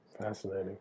Fascinating